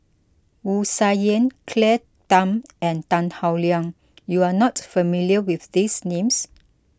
Wu Tsai Yen Claire Tham and Tan Howe Liang you are not familiar with these names